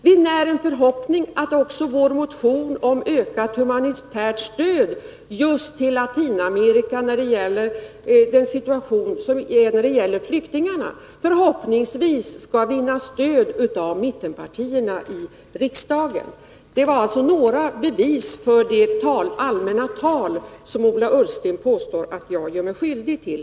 Vi när en förhoppning om att också vår motion om ökat humanitärt stöd just till flyktingar i Latinamerika skall biträdas av mittenpartierna i riksdagen. Detta var några bevis, med anledning av det allmänna tal som Ola Ullsten påstår att jag här gör mig skyldig till.